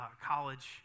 college